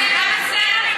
גם אצלנו זה נמצא.